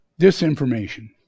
disinformation